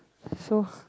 so